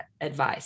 advice